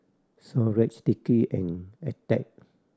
Xorex Sticky and Attack